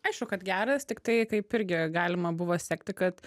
aišku kad geras tiktai kaip irgi galima buvo sekti kad